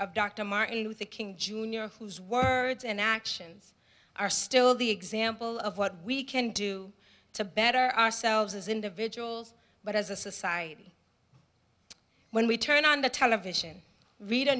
of dr martin luther king jr whose words and actions are still the example of what we can do to better ourselves as individuals but as a society when we turn on the television read a